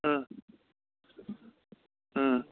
ꯎꯝ ꯎꯝ